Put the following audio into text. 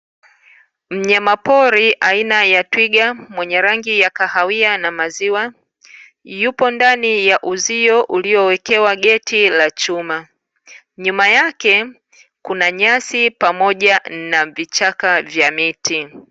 Mnyama pori aina ya twiga mwenye rangi ya kahawia na maziwa, yupo ndani ya uzio uliowekewa geti la chuma. Nyuma yake kuna nyasi pamoja na vichaka vya miti.